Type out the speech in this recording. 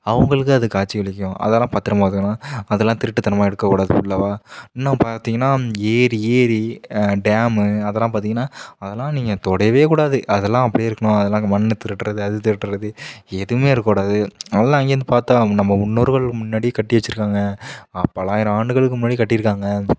அவங்களுக்கு அது காட்சி அளிக்கும் அதெல்லாம் பத்திரம் பார்த்துக்கணும் அதெலாம் திருட்டுத்தனமாக எடுக்கக்கூடாது ஃபுல்லவாக இன்னும் பார்த்தீங்கன்னா ஏரி ஏரி டேம்மு அதெல்லாம் பார்த்தீங்கன்னா அதெலாம் நீங்கள் தொடவேக்கூடாது அதெலாம் அப்படியே இருக்கணும் அதெலாம் இங்கே மண்ணு திருடுறது அது திருடுறது எதுவுமே இருக்கக்கூடாது அதெலாம் அங்கே இருந்து பார்த்தா அம் நம்ப முன்னோர்களுக்கு முன்னாடி கட்டி வச்சிருக்காங்க பலாயிரம் ஆண்டுகளுக்கு முன்னாடி கட்டி இருக்காங்க